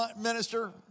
minister